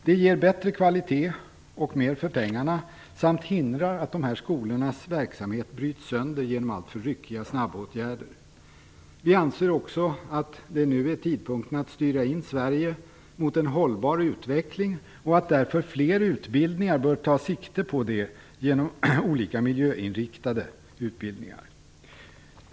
Det ger bättre kvalitet och mer för pengarna samt hindrar att dessa skolors verksamhet bryts sönder genom alltför ryckiga snabbåtgärder. Vi anser också att det nu är rätt tidpunkt att styra in Sverige mot en hållbar utveckling. Därför bör fler utbildningar ta sikte på det genom olika miljöinriktade utbildningar.